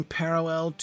parallel